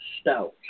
Stout